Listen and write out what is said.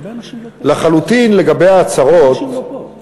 לחלוטין לגבי ההצהרות,